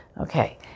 Okay